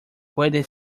puede